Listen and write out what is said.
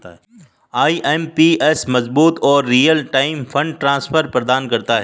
IMPS मजबूत और real time fund transfer प्रदान करता है